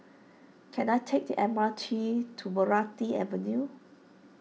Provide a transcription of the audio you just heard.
can I take the M R T to Meranti Avenue